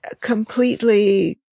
completely